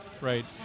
Right